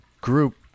group